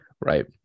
Right